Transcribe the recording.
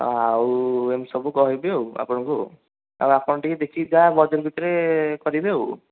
ଆଉ ଏମିତି ସବୁ କହିବି ଆଉ ଆପଣଙ୍କୁ ଆଉ ଆଉ ଆପଣ ଟିକେ ଦେଖିକି ଯାହା ବଜେଟ୍ ଭିତରେ କରିବେ ଆଉ